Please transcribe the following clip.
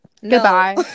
Goodbye